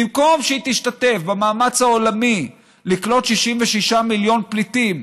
במקום שהיא תשתתף במאמץ העולמי לקלוט 66 מיליון פליטים,